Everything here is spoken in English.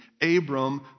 Abram